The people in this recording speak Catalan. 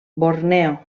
borneo